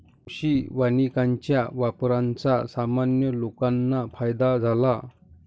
कृषी वानिकाच्या वापराचा सामान्य लोकांना फायदा झाला